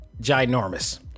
ginormous